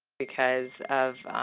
because of